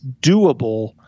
doable